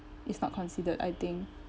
it's not considered I think